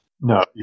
No